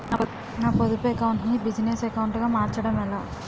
నా పొదుపు అకౌంట్ నీ బిజినెస్ అకౌంట్ గా మార్చడం ఎలా?